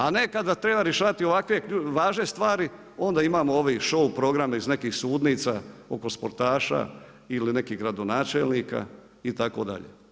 A ne kada treba rješavati ovakve važne stvari, onda imamo ovi šou programe iz nekih sudnica oko sportaša ili nekih gradonačelnika itd.